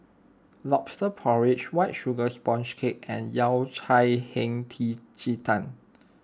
Lobster Porridge White Sugar Sponge Cake and Yao Cai Hei Ji Tang